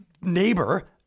neighbor